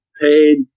paid